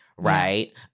Right